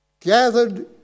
gathered